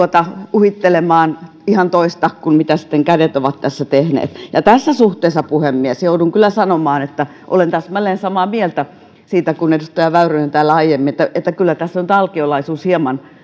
uhittelemaan ihan toista kuin mitä kädet ovat tässä tehneet tässä suhteessa puhemies joudun kyllä sanomaan että olen täsmälleen samaa mieltä kuin edustaja väyrynen täällä aiemmin siitä että kyllä tässä nyt alkiolaisuus hieman